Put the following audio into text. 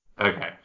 Okay